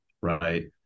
right